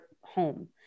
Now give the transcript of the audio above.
home